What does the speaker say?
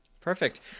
Perfect